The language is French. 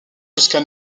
jusqu’à